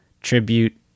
tribute